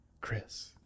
Chris